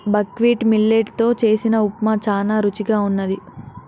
buckwheat millet తో చేసిన ఉప్మా చానా రుచిగా వున్నది